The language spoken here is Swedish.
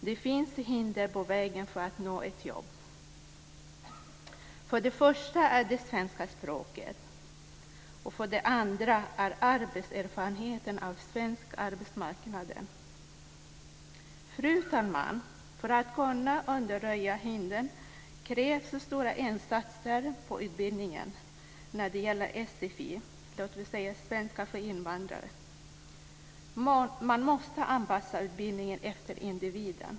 Det finns hinder på vägen för att nå ett jobb. För det första är det det svenska språket, och för det andra är det arbetserfarenheten av den svenska arbetsmarknaden. Fru talman! För att kunna undanröja hindren krävs stora insatser på utbildning när det gäller sfi, dvs. svenska för invandrare. Man måste anpassa utbildningen efter individen.